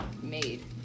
made